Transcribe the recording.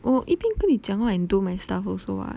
我一定跟你讲话 and do my stuff also [what]